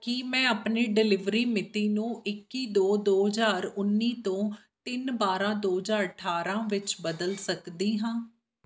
ਕੀ ਮੈਂ ਆਪਣੀ ਡਿਲੀਵਰੀ ਮਿਤੀ ਨੂੰ ਇੱਕੀ ਦੋ ਦੋ ਹਜ਼ਾਰ ਉੱਨੀ ਤੋਂ ਤਿੰਨ ਬਾਰ੍ਹਾਂ ਦੋ ਹਜ਼ਾਰ ਅਠਾਰ੍ਹਾਂ ਵਿੱਚ ਬਦਲ ਸਕਦੀ ਹਾਂ